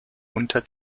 unter